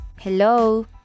Hello